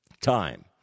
time